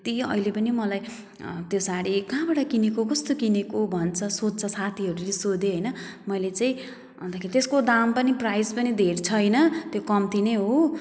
यति अहिले पनि मलाई त्यो साडी कहाँबाट किनको कस्तो किनेको भन्छ सोध्छ साथीहरूले सोधे होइन मैले चाहिँ अन्त त्यसको दाम पनि प्राइस पनि धेर छैन त्यो कम्ती नै हो